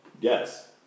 Yes